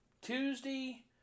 Tuesday